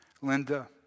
Linda